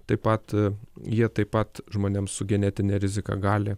taip pat jie taip pat žmonėms su genetine rizika gali